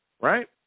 right